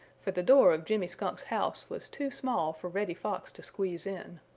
for the door of jimmy skunk's house was too small for reddy fox to squeeze in.